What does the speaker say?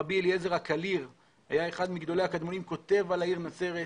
רבי אליעזר הקליר שהיה אחד מגדולי הקדמונים כותב על העיר נצרת,